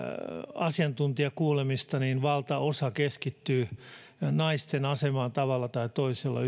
asiantuntijakuulemista että valtaosa keskittyy naisten asemaan yhteiskunnassa tavalla tai toisella